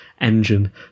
engine